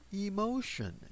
emotion